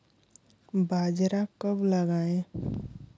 बाजरा कब लगाएँ?